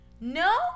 No